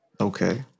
Okay